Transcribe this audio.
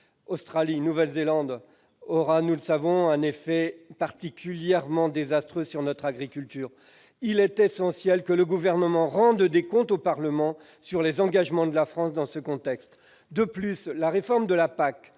tels que le CETA aura, nous le savons, des effets particulièrement désastreux sur notre agriculture. Il est essentiel que le Gouvernement rende des comptes au Parlement sur les engagements pris par la France dans ce contexte. De plus, la réforme de la PAC